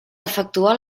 efectuar